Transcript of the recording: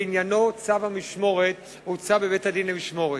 בעניינו צו המשמורת הוצא בבית-הדין למשמורת.